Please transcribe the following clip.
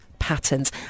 patterns